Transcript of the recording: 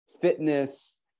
fitness